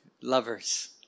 lovers